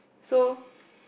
so